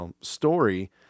story